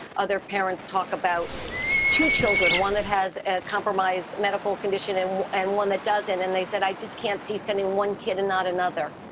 other parents talk about two children, one that has ah compromised medical condition and and one that doesn't. and they said, i just can't see sending one kid and not another.